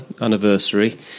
anniversary